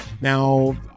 now